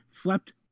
slept